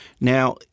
Now